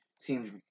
seems